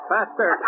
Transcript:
Faster